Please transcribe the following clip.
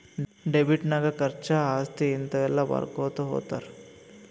debit ನಾಗ್ ಖರ್ಚಾ, ಆಸ್ತಿ, ಹಿಂತಾವ ಎಲ್ಲ ಬರ್ಕೊತಾ ಹೊತ್ತಾರ್